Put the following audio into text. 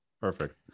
perfect